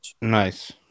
Nice